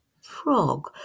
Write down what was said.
frog